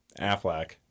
Affleck